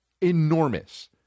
enormous